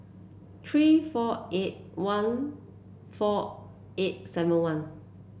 three four eight one four eight seven one